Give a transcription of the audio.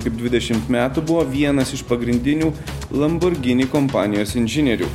kaip dvidešimt metų buvo vienas iš pagrindinių lamborghini kompanijos inžinierių